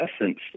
essence